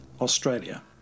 Australia